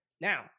Now